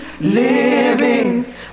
living